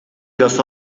los